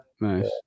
nice